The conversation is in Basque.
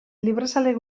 librezale